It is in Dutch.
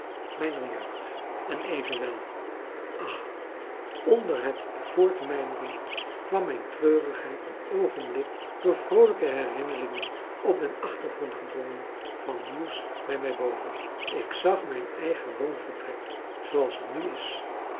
mijner jeugd en evenwel ach onder het voortmijmeren kwam mijn treurigheid een oogenblik door vroolijke herinneringen op den achtergrond gedrongen vannieuws bij mij boven ik zag mijn eigen woonvertrek zooals het nu is